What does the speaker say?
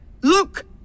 Look